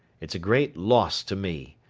it's a great loss to me.